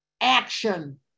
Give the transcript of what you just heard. action